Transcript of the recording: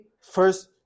first